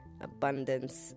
abundance